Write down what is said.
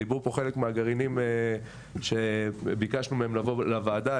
ודיברו גם חלק מהגרעינים שביקשנו מהם לבוא לוועדה.